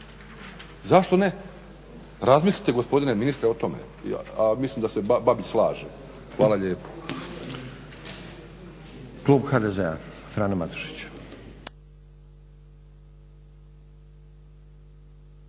Zašto ne? Razmislite gospodine ministre o tome, a mislim da se Babić slaže. Hvala lijepo. **Stazić,